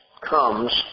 comes